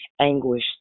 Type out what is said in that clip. anguish